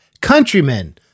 countrymen